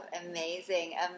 amazing